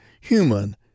human